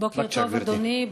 בוקר טוב, אדוני.